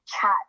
chat